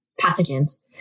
pathogens